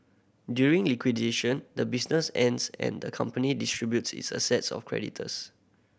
during liquidation the business ends and the company distributes its assets of creditors